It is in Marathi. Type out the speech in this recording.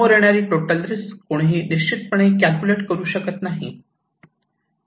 समोर येणारी टोटल रिस्क कुणीही निश्चितपणे कॅल्क्युलेट करू शकत नाही